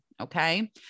Okay